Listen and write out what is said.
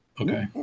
Okay